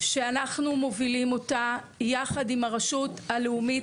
שאנחנו מובילים אותה יחד עם הרשות הלאומית